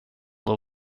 also